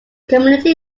community